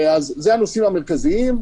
אז אלו הנושאים המרכזיים.